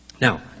Now